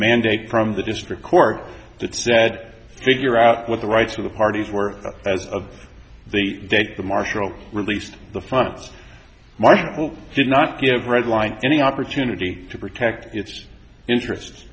mandate from the district court that said figure out what the rights of the parties were as of the date the marshal released the fun's march did not give red line any opportunity to protect its interests